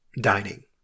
dining